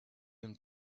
him